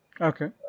okay